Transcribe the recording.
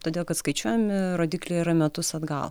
todėl kad skaičiuojami rodikliai yra metus atgal